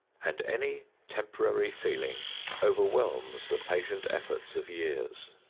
and any temporary feeling overwhelms the patient efforts of years.